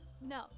No